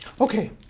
Okay